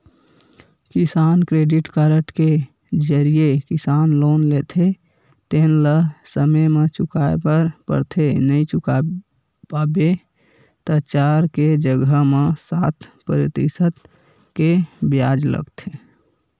किसान credit card के जरिए किसान लोन लेथे तेन ल समे म चुकाए बर परथे नइ चुका पाबे त चार के जघा म सात परतिसत के बियाज लगथे